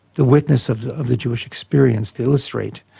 the witness of the of the jewish experience to illustrate,